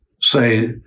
say